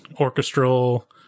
orchestral